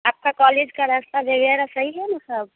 आपका कॉलेज का रास्ता वग़ैरह सही है ना सब